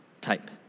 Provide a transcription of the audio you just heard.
type